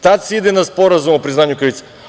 Tad se ide na sporazum o priznanju krivice.